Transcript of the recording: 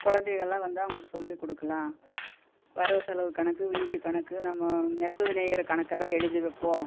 குழந்தைகள்லாம் வந்தால் அவங்களுக்கு சொல்லி கொடுக்குலாம் வரவு செலவு கணக்கு வீட்டு கணக்கு நம்ம நெசவு நெய்கிற கணக்கெல்லாம் எழுதி வைப்போம்